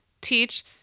teach